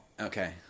Okay